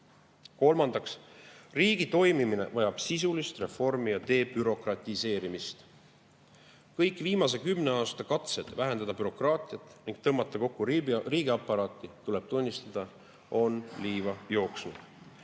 Kolmandaks, riigi toimimine vajab sisulist reformi ja debürokratiseerimist. Kõik viimase kümne aasta katsed vähendada bürokraatiat ning tõmmata kokku riigiaparaati, tuleb tunnistada, on liiva jooksnud.